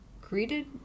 greeted